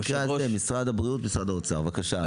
במקרה הזה משרד הבריאות ומשרד האוצר, בבקשה.